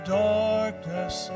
darkness